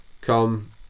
come